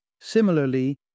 Similarly